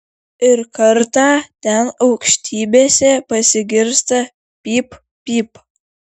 ir kartą ten aukštybėse pasigirsta pyp pyp